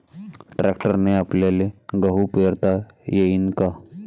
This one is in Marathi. ट्रॅक्टरने आपल्याले गहू पेरता येईन का?